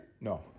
No